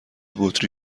بطری